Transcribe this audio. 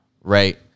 Right